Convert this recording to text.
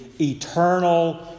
eternal